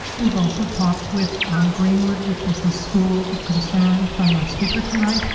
we but also talked with greenwood which was the school of concern from our speaker tonight,